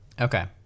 okay